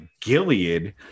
Gilead